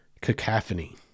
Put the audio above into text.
cacophony